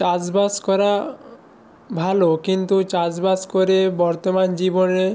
চাষবাস করা ভালো কিন্তু চাষবাস করে বর্তমান জীবনে